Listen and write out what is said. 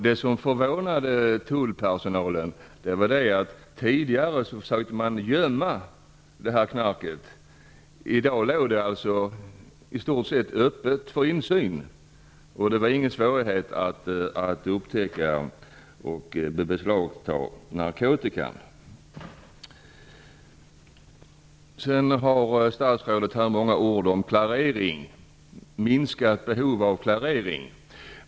Det som förvånade tullpersonalen var det faktum att tidigare har man försökt gömma knarket, i dag låg det i stort sett öppet för insyn. Det var ingen svårighet att upptäcka och beslagta narkotikan. Statsrådet säger många ord om ett minskat behov av klarering.